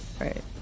right